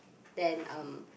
then um